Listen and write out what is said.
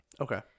Okay